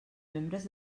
membres